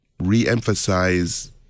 reemphasize